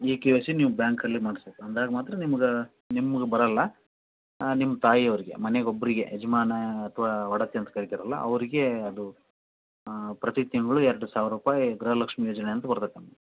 K Y C ನೀವು ಬ್ಯಾಂಕಲ್ಲಿ ಮಾಡಿಸ್ಬೇಕು ಅಂದಾಗ ಮಾತ್ರ ನಿಮ್ಗೆ ನಿಮ್ಗೆ ಬರೋಲ್ಲ ನಿಮ್ಮ ತಾಯಿಯವ್ರಿಗೆ ಮನೆಗೆ ಒಬ್ಬರಿಗೆ ಯಜಮಾನ ಅಥ್ವಾ ಒಡತಿ ಅಂತ ಕರೀತಿರಲ್ಲ ಅವರಿಗೆ ಅದು ಪ್ರತಿ ತಿಂಗಳು ಎರಡು ಸಾವಿರ ರೂಪಾಯಿ ಗೃಹಲಕ್ಷ್ಮಿ ಯೋಜನೆಯಂತ ಬರ್ತಯ್ತಮ್ಮ